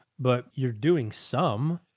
but you're doing some.